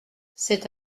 c’est